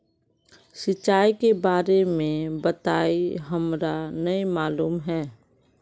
सिंचाई के बारे में बताई हमरा नय मालूम है?